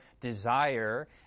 desire